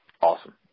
Awesome